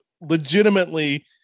legitimately